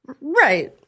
Right